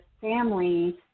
family